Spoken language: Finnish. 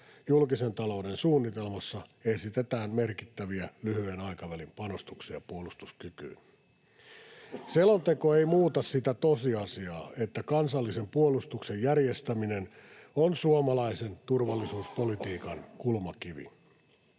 julkisen talouden suunnitelmassa esitetään merkittäviä lyhyen aikavälin panostuksia puolustuskykyyn. Selonteko ei muuta sitä tosiasiaa, että kansallisen puolustuksen järjestäminen on suomalaisen turvallisuuspolitiikan kulmakivi.